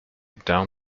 down